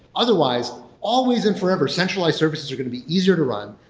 otherwise, always and forever, centralized services are going to be easier to run,